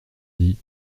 dit